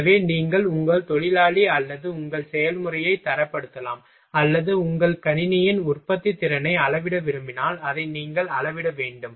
எனவே நீங்கள் உங்கள் தொழிலாளி அல்லது உங்கள் செயல்முறையை தரப்படுத்தலாம் அல்லது உங்கள் கணினியின் உற்பத்தித்திறனை அளவிட விரும்பினால் அதை நீங்கள் அளவிட வேண்டும்